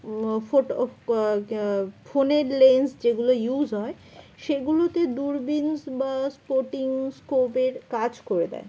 photo ফোনের lens যেগুলো use হয় সেগুলোতে দূরবীন্স বা স্পোর্টিংস্কোপের কাজ করে দেয়